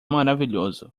maravilhoso